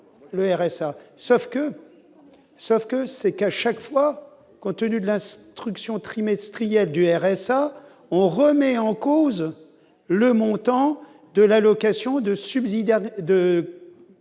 sauf que c'est qu'à chaque fois tenu de la truction trimestriel du RSA, on remet en cause le montant de l'allocation de